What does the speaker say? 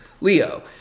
Leo